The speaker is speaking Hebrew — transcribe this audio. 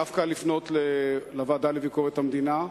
דווקא לפנות אל הוועדה לביקורת המדינה,